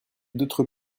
d’autres